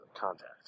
Contact